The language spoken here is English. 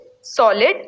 solid